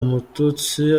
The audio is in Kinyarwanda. umututsi